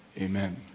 Amen